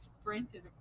sprinted